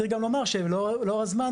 צריך גם לומר שלאור הזמן,